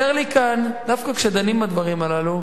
דווקא כשדנים בדברים הללו,